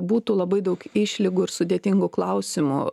būtų labai daug išlygų ir sudėtingų klausimų